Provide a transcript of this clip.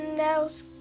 else